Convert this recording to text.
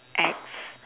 ex